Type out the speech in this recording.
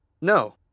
No